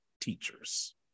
teachers